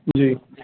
جی